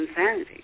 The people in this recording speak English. insanity